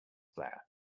player